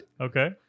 Okay